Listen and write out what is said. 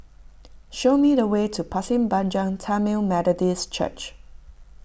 show me the way to Pasir Panjang Tamil Methodist Church